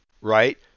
right